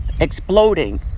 exploding